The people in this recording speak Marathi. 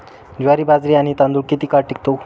ज्वारी, बाजरी आणि तांदूळ किती काळ टिकतो?